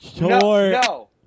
no